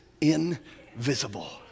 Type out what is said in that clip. invisible